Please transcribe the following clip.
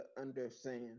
understand